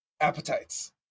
appetites